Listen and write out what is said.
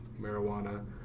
marijuana